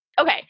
Okay